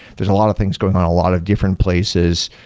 there's a lot of things going on a lot of different places.